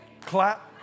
Clap